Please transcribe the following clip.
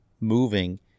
moving